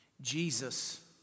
Jesus